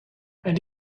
and